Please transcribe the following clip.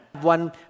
One